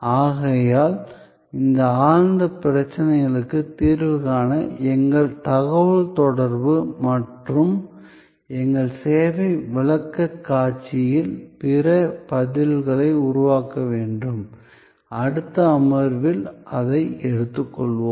ஆகையால் இந்த ஆழ்ந்த பிரச்சனைகளுக்கு தீர்வு காண எங்கள் தகவல்தொடர்பு மற்றும் எங்கள் சேவை விளக்கக்காட்சியில் பிற பதில்களை உருவாக்க வேண்டும் அடுத்த அமர்வில் அதை எடுத்துக்கொள்வோம்